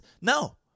No